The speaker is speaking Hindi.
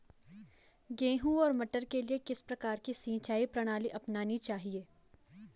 गेहूँ और मटर के लिए किस प्रकार की सिंचाई प्रणाली अपनानी चाहिये?